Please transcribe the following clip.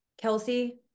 Kelsey